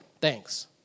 thanks